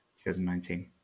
2019